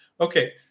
Okay